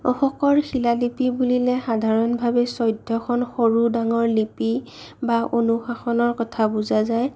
অশোকৰ শিলালিপি বুলিলে সাধাৰণভাৱে চৈধ্যখন সৰু ডাঙৰ লিপি বা অনুশাসনৰ কথা বুজা যায়